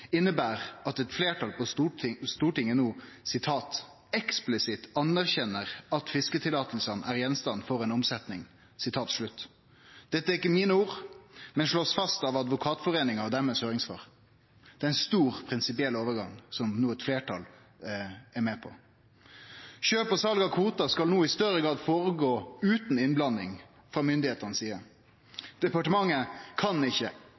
inneber at eit fleirtal på Stortinget no «eksplisitt anerkjenner at fisketillatelsene er gjenstand for en omsetning». Dette er ikkje mine ord, men blir slått fast av Advokatforeningen i høyringssvaret deira. Det er ein stor prinsipiell overgang eit fleirtal no er med på. Kjøp og sal av kvotar skal no i større grad skje utan innblanding frå myndigheitene si side. Departementet kan ikkje